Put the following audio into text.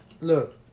Look